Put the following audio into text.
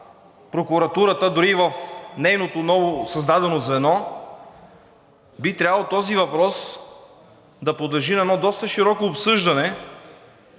прокуратурата дори и в нейното новосъздадено звено, би трябвало този въпрос да подлежи на едно доста широко обсъждане,